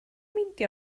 meindio